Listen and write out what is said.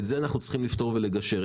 את זה אנחנו צריכים לפתור ולגשר.